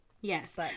yes